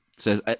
says